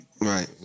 right